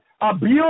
abuse